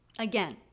again